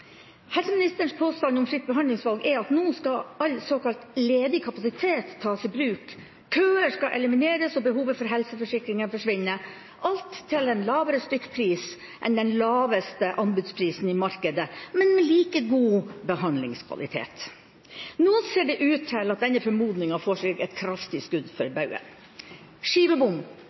Helseministerens påstand om fritt behandlingsvalg er at nå skal all såkalt ledig kapasitet tas i bruk, køer skal elimineres, og behovet for helseforsikringer skal forsvinne – alt til en lavere stykkpris enn den laveste anbudsprisen i markedet, men med like god behandlingskvalitet. Nå ser det ut til at denne formodninga får seg et kraftig skudd for